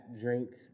drinks